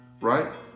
right